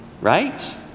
Right